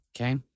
Okay